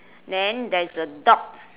then there's a dog